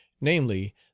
namely